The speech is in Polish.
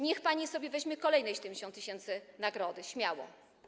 Niech pani sobie weźmie kolejne 70 tys. nagrody, śmiało.